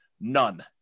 None